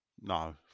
No